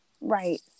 Right